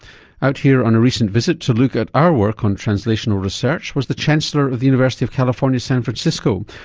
out here on a recent visit to look at our work on translational research was the chancellor of the university of california san francisco,